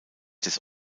des